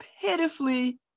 pitifully